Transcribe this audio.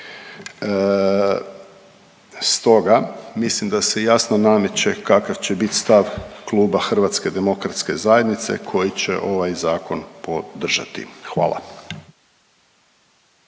Stoga mislim da se jasno nameće kakav će biti stav kluba Hrvatske demokratske zajednice koji će ovaj zakon podržati. Hvala.